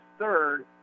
third